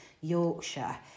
Yorkshire